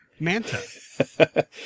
manta